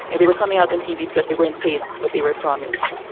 and they were coming out on tv because they weren't paid what they were promised.